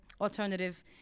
alternative